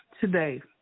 today